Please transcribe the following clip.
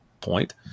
point